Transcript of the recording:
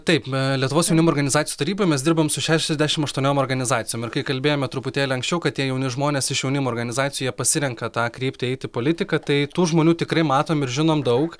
taip lietuvos jaunimo organizacijų taryboj mes dirbam su šešiasdešimt aštuoniom organizacijom ir kai kalbėjome truputėlį anksčiau kad tie jauni žmonės iš jaunimo organizacijų jie pasirenka tą kryptį eiti į politiką tai tų žmonių tikrai matom ir žinom daug